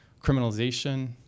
criminalization